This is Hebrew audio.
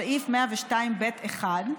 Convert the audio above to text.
בסעיף 102(ב1)